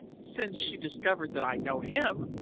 since she discovered that i know him,